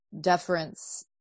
deference